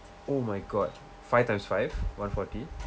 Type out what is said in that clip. oh my god five times five one forty